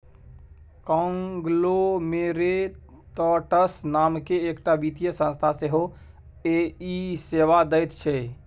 conglomerates नामकेँ एकटा वित्तीय संस्था सेहो इएह सेवा दैत छै